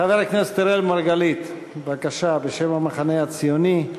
חבר הכנסת אראל מרגלית, בבקשה, בשם המחנה הציוני.